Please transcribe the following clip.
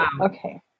Okay